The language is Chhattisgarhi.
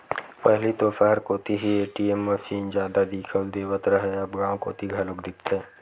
पहिली तो सहर कोती ही ए.टी.एम मसीन जादा दिखउल देवत रहय अब गांव कोती घलोक दिखथे